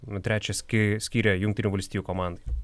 trečią ski skyrė jungtinių valstijų komandai